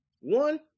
One